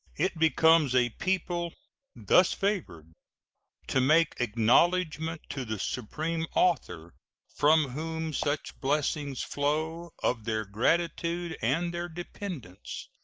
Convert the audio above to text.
it becomes a people thus favored to make acknowledgment to the supreme author from whom such blessings flow of their gratitude and their dependence,